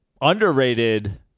underrated